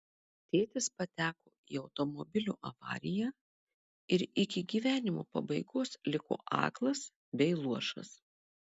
tėtis pateko į automobilio avariją ir iki gyvenimo pabaigos liko aklas bei luošas